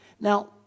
Now